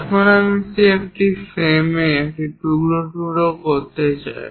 এখন আমি সেই ফ্রেমে এটি টুকরো টুকরো করতে চাই